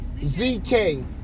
ZK